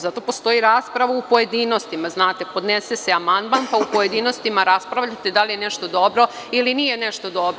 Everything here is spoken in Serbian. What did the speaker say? Zato postoji rasprava u pojedinostima, podnese se amandman, pa u pojedinostima raspravljate da li je nešto dobro ili nije nešto dobro.